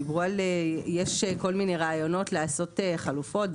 דיברו יש כל מיני רעיונות לעשות חלופות,